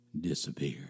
disappear